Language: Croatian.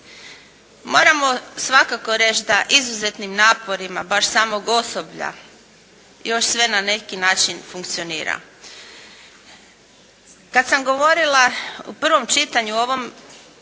Moramo svakako reći da izuzetnim naporima baš samog osoblja još sve na neki način funkcionira. Kada sam govorila u prvom čitanju o ovom